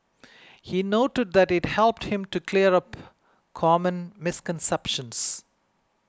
he noted that it helped him to clear up common misconceptions